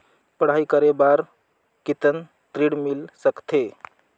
पढ़ाई करे बार कितन ऋण मिल सकथे?